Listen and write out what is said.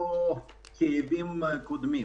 כאבים קודמים.